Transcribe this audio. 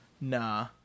Nah